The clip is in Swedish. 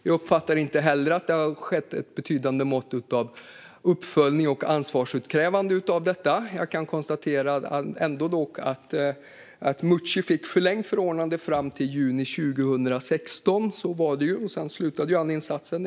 Jag uppfattar inte heller att det i någon betydande grad har förekommit uppföljning och ansvarsutkrävande i detta. Jag kan konstatera att Meucci fick förlängt förordnande fram till juni 2016; sedan slutade han i insatsen.